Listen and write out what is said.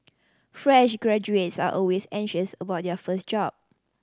fresh graduates are always anxious about their first job